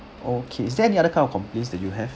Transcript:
okay is there any other kind of complaints that you have